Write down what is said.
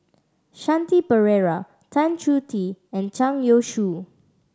Shanti Pereira Tan Choh Tee and Zhang Youshuo